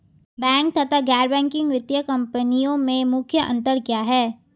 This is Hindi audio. बैंक तथा गैर बैंकिंग वित्तीय कंपनियों में मुख्य अंतर क्या है?